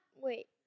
wait